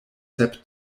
sep